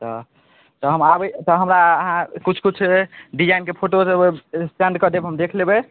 तऽ तऽ हम ताबै तऽ हमरा अहाँ किछु किछु डिजाइनके फोटो सब सेन्ड कऽ देब हम देखि लेबै